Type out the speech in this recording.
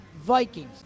Vikings